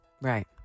Right